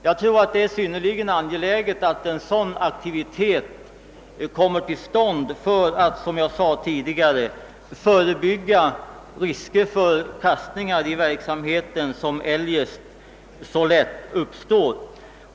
Jag tror att det är synnerligen angeläget att en sådan aktivitet kommer till stånd för att, som jag tidigare sade, förebygga de risker för kastningar i verksamheten som eljest så lätt uppstår.